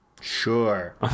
Sure